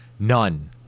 none